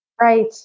Right